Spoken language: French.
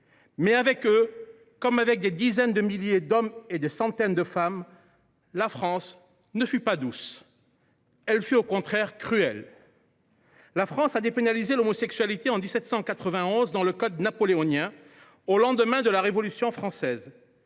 Or, avec eux, comme avec des dizaines de milliers d’hommes et des centaines de femmes, la France ne fut pas douce. Elle fut au contraire cruelle. La France a dépénalisé l’homosexualité en 1791 dans le code napoléonien, au lendemain de la Révolution française,